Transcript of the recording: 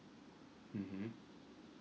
mmhmm